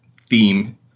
theme